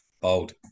Bold